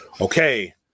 Okay